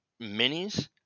minis